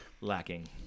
lacking